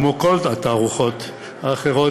כמו כל התערוכות האחרות,